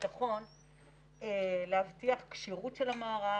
והביטחון להבטיח את הכשירות של המערך.